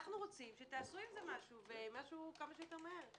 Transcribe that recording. אנחנו רוצים שתעשו עם זה משהו, וכמה שיותר מהר.